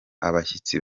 abashyitsi